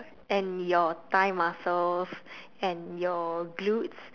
and your thigh muscles and your glutes